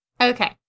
Okay